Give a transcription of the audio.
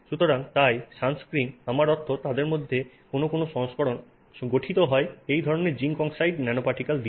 সুতরাং তাই সানস্ক্রিন আমার অর্থ তাদের মধ্যে কোন কোন সংস্করণ গঠিত হয় এই ধরনের জিংক অক্সাইড ন্যানোপার্টিকেল দিয়ে